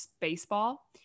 baseball